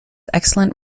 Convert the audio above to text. excellent